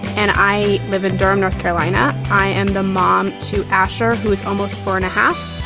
and i live in durham, north carolina. i am the mom to ashar, who is almost four and a half.